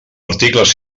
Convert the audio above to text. articles